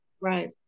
Right